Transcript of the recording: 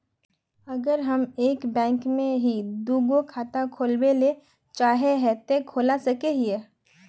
अगर हम एक बैंक में ही दुगो खाता खोलबे ले चाहे है ते खोला सके हिये?